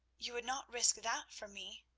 you would not risk that for me,